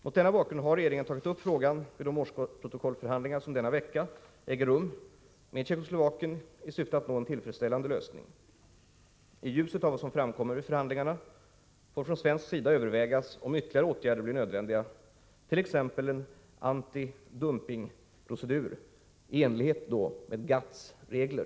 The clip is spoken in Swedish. Mot denna bakgrund har regeringen tagit upp frågan vid de årsprotokollförhandlingar som denna vecka äger rum med Tjeckoslovakien i syfte att nå en tillfredsställande lösning. I ljuset av vad som framkommer vid förhandlingarna får från svensk sida övervägas om ytterligare åtgärder blir nödvändiga, t.ex. en antidumpingprocedur i enlighet med GATT:s regler.